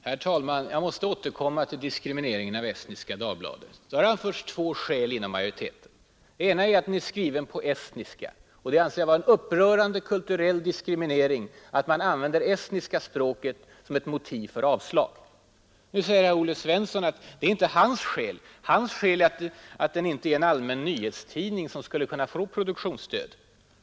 Herr talman! Jag måste återkomma till diskrimineringen av Estniska Dagbladet. Majoriteten har anfört två skäl, varav det ena är att tidningen är skriven på estniska. Jag anser det vara en upprörande kulturell diskriminering att använda estniska språket till ett motiv för avslag. Nu säger Olle Svensson att detta inte alls är skälet. Hans skäl är att Estniska Dagbladet inte är en allmän nyhetstidning, som skulle kunna få produktionsstöd.